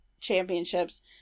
championships